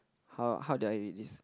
how how do I read this